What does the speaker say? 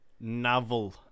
novel